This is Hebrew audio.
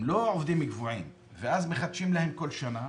הם לא עובדים קבועים, מחדשים להם כל שנה,